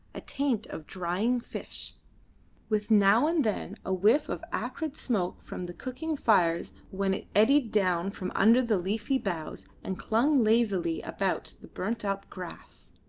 a taint of drying fish with now and then a whiff of acrid smoke from the cooking fires when it eddied down from under the leafy boughs and clung lazily about the burnt-up grass.